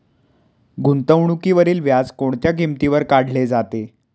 गुंतवणुकीवरील व्याज कोणत्या किमतीवर काढले जाते?